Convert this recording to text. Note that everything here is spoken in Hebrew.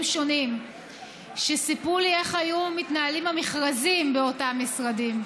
שונים וסיפרו לי איך היו מתנהלים המכרזים באותם משרדים.